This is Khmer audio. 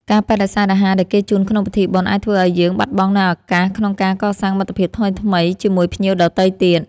ការបដិសេធអាហារដែលគេជូនក្នុងពិធីបុណ្យអាចធ្វើឱ្យយើងបាត់បង់នូវឱកាសក្នុងការកសាងមិត្តភាពថ្មីៗជាមួយភ្ញៀវដទៃទៀត។